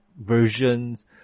versions